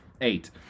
Eight